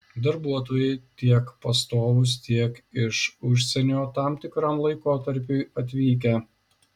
darbuotojai tiek pastovūs tiek iš užsienio tam tikram laikotarpiui atvykę